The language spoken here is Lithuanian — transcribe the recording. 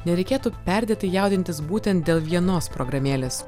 nereikėtų perdėtai jaudintis būtent dėl vienos programėlės